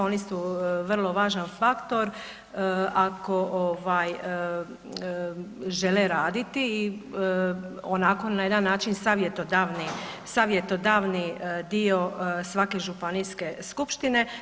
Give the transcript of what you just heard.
Oni su vrlo važan faktor ako ovaj žele raditi onako na jedan način savjetodavni dio svake županijske skupštine.